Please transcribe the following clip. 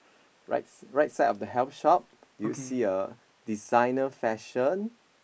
right right side of the health shop do you see a designer fashion